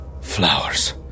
flowers